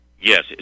Yes